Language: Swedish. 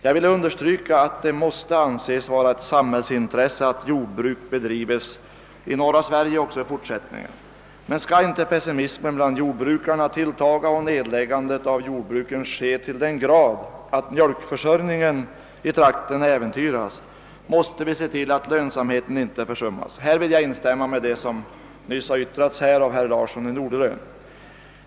Jag vill understryka att det måste anses vara ett samhällsintresse att jordbruk bedrivs i norra Sverige också i fortsättningen. Men om inte pessimismen bland jordbrukarna skall tilltaga och jordbruken läggas ned i sådan utsträckning att mjölkförsörjningen i området äventyras måste vi ägna uppmärksamhet åt lönsamheten. Härvidlag vill jag instämma i vad herr Larsson i Norderön nyss yttrade.